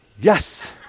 Yes